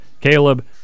Caleb